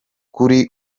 kuri